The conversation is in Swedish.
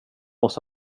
oss